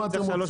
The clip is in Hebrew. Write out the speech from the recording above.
המידע?